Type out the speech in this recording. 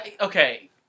okay